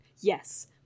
yes